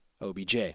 OBJ